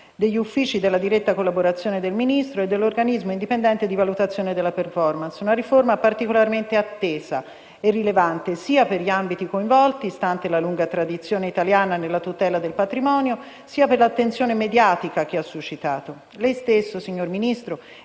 degli uffici della diretta collaborazione del Ministro e dell'organismo indipendente di valutazione della *performance*. Una riforma particolarmente attesa e rilevante sia per gli ambiti coinvolti, stante la lunga tradizione italiana nella tutela del patrimonio, sia per l'attenzione mediatica che ha suscitato. Lei stesso Ministro